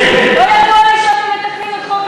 שינית את החוק?